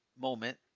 moment